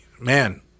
man